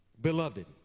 Beloved